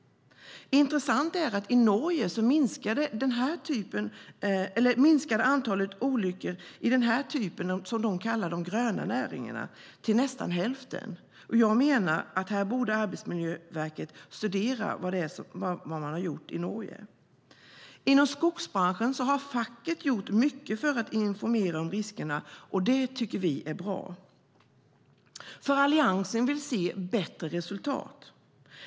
Intressant är att i Norge minskade antalet olyckor inom dessa näringar, som de kallar de gröna näringarna, till nästan hälften. Jag menar att Arbetsmiljöverket här borde studera vad man har gjort i Norge. Inom skogsbranschen har facket gjort mycket för att informera om riskerna, och det tycker vi är bra. Alliansen vill se bättre resultat.